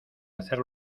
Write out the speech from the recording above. hacer